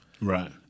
Right